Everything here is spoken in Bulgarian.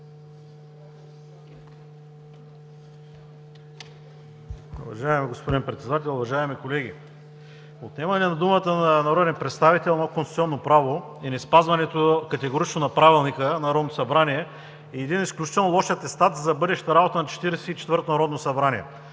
Уважаеми господин Председател, уважаеми колеги! Отнемане на думата на народен представител – едно конституционно право, и неспазването категорично на Правилника на Народното събрание е един изключително лош атестат за бъдещата работа на Четиридесет